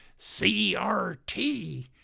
CRT